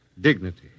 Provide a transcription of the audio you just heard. Dignity